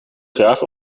graag